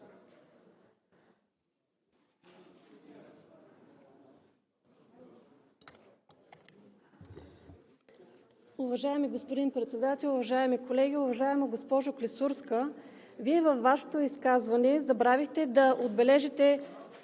Уважаеми господин Председател, уважаеми колеги! Уважаема госпожо Клисурска, във Вашето изказване забравихте да отбележите